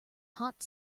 hot